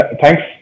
thanks